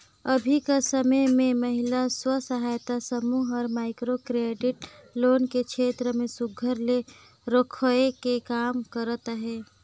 अभीं कर समे में महिला स्व सहायता समूह हर माइक्रो क्रेडिट लोन के छेत्र में सुग्घर ले रोखियाए के काम करत अहे